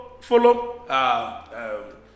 Follow